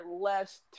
less